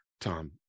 Tom